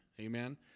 amen